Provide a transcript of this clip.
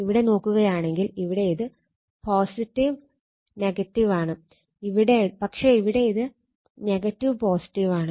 ഇവിടെ നോക്കുകയാണെങ്കിൽ ഇവിടെ ഇത് ആണ് പക്ഷെ ഇവിടെ ഇത് ആണ്